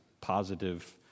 positive